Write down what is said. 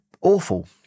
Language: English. awful